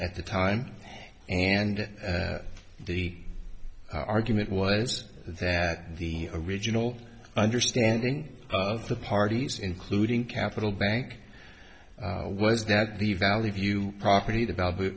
at the time and the argument was that the original understanding of the parties including capital bank was that the valley view property develop